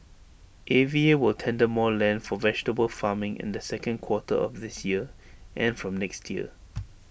A V A will tender more land for vegetable farming in the second quarter of this year and from next year